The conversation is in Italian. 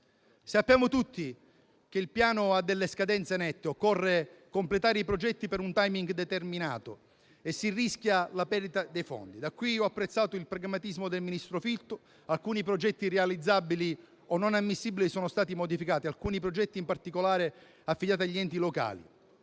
Sappiamo tutti che il Piano ha scadenze nette, occorre completare i progetti per un *timing* determinato e si rischia la perdita dei fondi. Da qui ho apprezzato il pragmatismo del ministro Fitto. Alcuni progetti irrealizzabili o non ammissibili sono stati modificati; in particolare, alcuni affidati agli enti locali